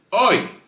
Oi